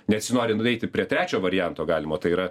nesinori nuveiti prie trečio varianto galimo tai yra